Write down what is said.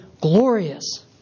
glorious